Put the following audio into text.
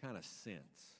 kind of sense